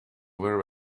very